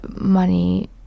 money